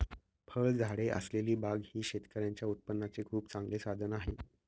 फळझाडे असलेली बाग ही शेतकऱ्यांच्या उत्पन्नाचे खूप चांगले साधन आहे